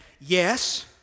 yes